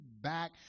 Back